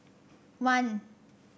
one